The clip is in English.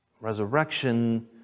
Resurrection